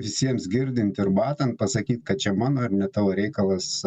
visiems girdint ir matant pasakyt kad čia mano ar ne tavo reikalas